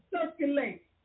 circulate